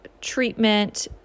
treatment